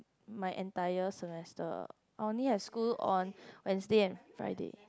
my entire semester I only have school on Wednesday and Friday